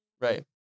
Right